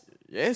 yes